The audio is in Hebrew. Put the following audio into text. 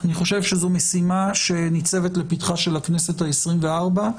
אני חושב שזאת משימה שניצבת לפתחה של הכנסת העשרים-וארבע,